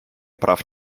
прав